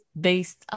based